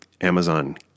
Amazon